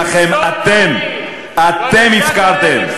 אבל את האוכלוסיות שלכם אתם הפקרתם.